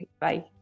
Bye